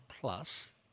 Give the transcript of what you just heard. plus